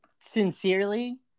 sincerely